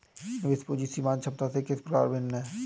निवेश पूंजी सीमांत क्षमता से किस प्रकार भिन्न है?